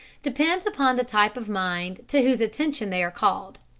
depends upon the type of mind to whose attention they are called.